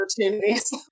opportunities